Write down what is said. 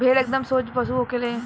भेड़ एकदम सोझ पशु होखे ले